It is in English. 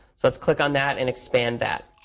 so let's click on that and expand that.